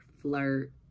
flirt